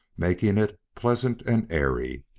making it pleasant and airy.